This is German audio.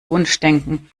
wunschdenken